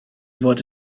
fod